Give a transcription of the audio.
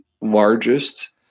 largest